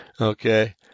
Okay